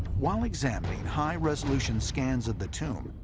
while examining high resolution scans of the tomb,